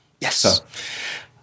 yes